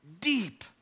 deep